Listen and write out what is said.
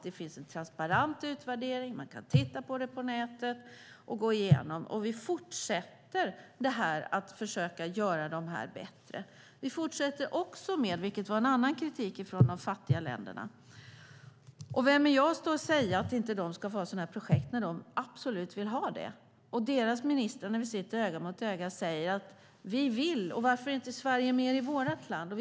Det finns en transparent utvärdering som man kan se på nätet, och vi fortsätter att försöka göra dem bättre. Ministrar från de fattiga länderna gav också en annan kritik när vi satt öga mot öga. De sade: Vi vill göra det här. Varför är inte Sverige mer i vårt land? Varför är inte Sverige här med de här klimatprojekten?